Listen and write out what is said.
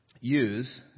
use